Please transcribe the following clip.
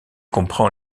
comprend